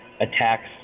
attacks